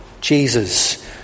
Jesus